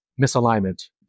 misalignment